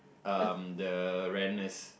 um the rareness